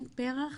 פר"ח